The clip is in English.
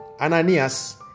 Ananias